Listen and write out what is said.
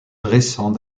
récent